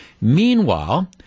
Meanwhile